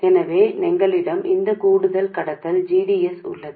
எனவே எங்களிடம் இந்த கூடுதல் கடத்தல் g d s உள்ளது